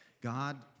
God